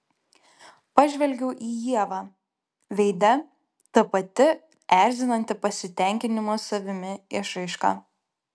pažvelgiau į ievą veide ta pati erzinanti pasitenkinimo savimi išraiška